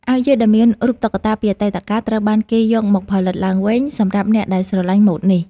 អាវយឺតដែលមានរូបតុក្កតាពីអតីតកាលត្រូវបានគេយកមកផលិតឡើងវិញសម្រាប់អ្នកដែលស្រឡាញ់ម៉ូដនេះ។